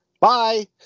Bye